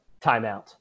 timeout